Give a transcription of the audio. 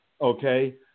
okay